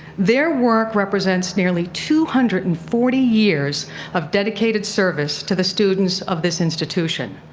their work represents nearly two hundred and forty years of dedicated service to the students of this institution.